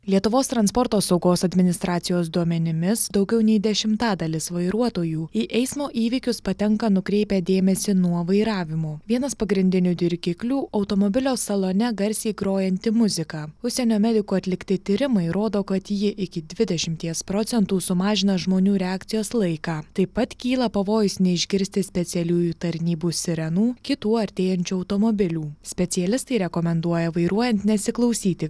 lietuvos transporto saugos administracijos duomenimis daugiau nei dešimtadalis vairuotojų į eismo įvykius patenka nukreipę dėmesį nuo vairavimo vienas pagrindinių dirgiklių automobilio salone garsiai grojanti muzika užsienio medikų atlikti tyrimai rodo kad jie iki dvidešimties procentų sumažino žmonių reakcijos laiką taip pat kyla pavojus neišgirsti specialiųjų tarnybų sirenų kitų artėjančių automobilių specialistai rekomenduoja vairuojant nesiklausyti